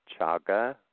chaga